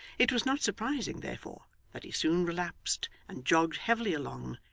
it is not surprising, therefore, that he soon relapsed, and jogged heavily along,